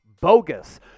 bogus